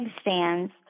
stands